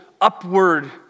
upward